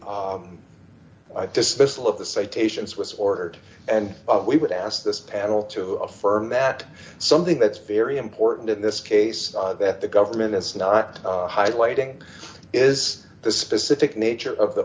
citations was ordered and we would ask this panel to affirm that something that's very important in this case that the government is not highlighting is the specific nature of the